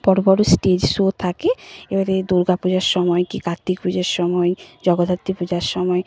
বড় বড় stage show থাকে এবারে দুর্গা পূজার সময় কী কার্তিক পুজোর সময় জগদ্ধাত্রী পূজার সময়